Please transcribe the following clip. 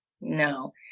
No